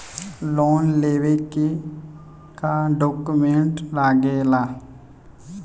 Loan लेवे के का डॉक्यूमेंट लागेला?